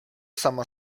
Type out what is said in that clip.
sama